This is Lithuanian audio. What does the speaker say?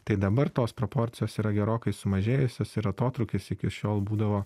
tai dabar tos proporcijos yra gerokai sumažėjusios ir atotrūkis iki šiol būdavo